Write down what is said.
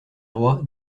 roi